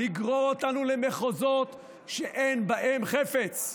לגרור אותנו למחוזות שאין בהם חפץ.